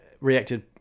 reacted